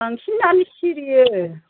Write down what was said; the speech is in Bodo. बांसिनानो सिरियो